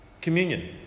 communion